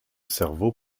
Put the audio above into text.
cerveau